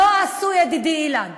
לא עשו, ידידי אילן.